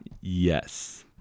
Yes